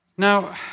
Now